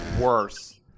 worse